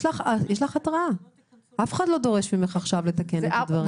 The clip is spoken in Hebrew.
אף אחד לא דורש ממך עכשיו לתקן את הדברים.